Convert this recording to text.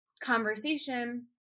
conversation